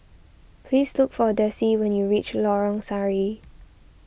please look for Dessie when you reach Lorong Sari